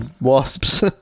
wasps